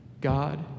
God